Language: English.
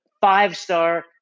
five-star